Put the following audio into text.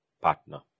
partner